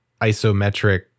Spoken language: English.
isometric